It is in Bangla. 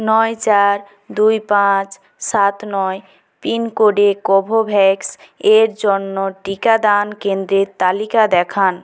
নয় চার দুই পাঁচ সাত নয় পিনকোডে কোভোভ্যাক্সের জন্য টিকাদান কেন্দ্রের তালিকা দেখান